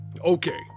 okay